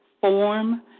form